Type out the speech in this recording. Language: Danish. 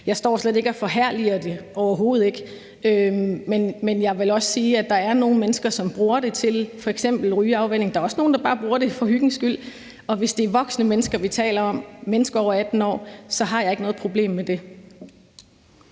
Jeg står slet ikke og forherliger det – overhovedet ikke. Men jeg vil også sige, at der er nogle mennesker, som bruger det til f.eks. rygeafvænning. Der er også nogle, der bare bruger det for hyggens skyld. Og hvis det er voksne mennesker, vi taler om – mennesker over 18 år – så har jeg ikke noget problem med det.